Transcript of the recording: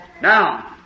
Now